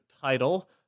title